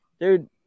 dude